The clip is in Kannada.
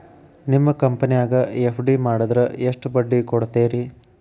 ನಿಮ್ಮ ಕಂಪನ್ಯಾಗ ಎಫ್.ಡಿ ಮಾಡಿದ್ರ ಎಷ್ಟು ಬಡ್ಡಿ ಕೊಡ್ತೇರಿ?